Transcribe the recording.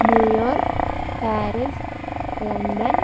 New York Paris London